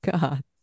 God